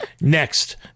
Next